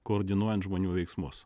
koordinuojant žmonių veiksmus